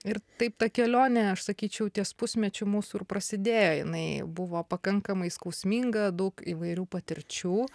ir taip ta kelionė aš sakyčiau ties pusmečiu mūsų ir prasidėjo jinai buvo pakankamai skausminga daug įvairių patirčių